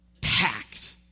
Packed